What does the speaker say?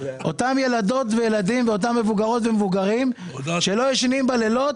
אותם ילדות וילדים ואתם מבוגרות ומבוגרים לא ישנים בלילות,